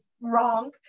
Wrong